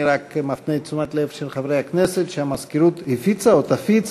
אני רק מפנה את תשומת לב חברי הכנסת לכך שהמזכירות הפיצה או תפיץ,